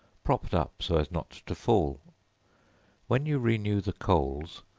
propped up so as not to fall when you renew the coals,